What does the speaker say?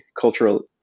cultural